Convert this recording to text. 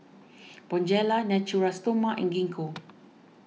Bonjela Natura Stoma and Gingko